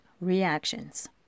reactions